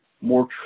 more